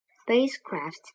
spacecraft